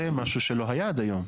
זה משהו שלא היה עד היום.